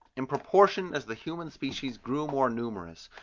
in proportion as the human species grew more numerous,